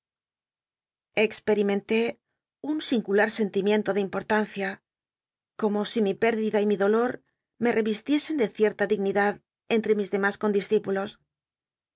expetimenlé un singular sentimiento de importancia como si mi pérdida y mi dolor me revi licscn de cierta dignidad entrc mis demas condiscípulos